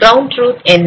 ground truth என்ன